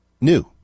new